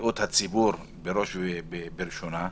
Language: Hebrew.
בריאות הציבור, בראש ובראשונה,